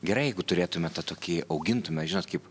gerai jeigu turėtume tą tokį augintume žinot kaip